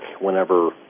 whenever